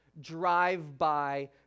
drive-by